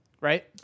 right